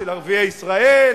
של ערביי ישראל,